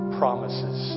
promises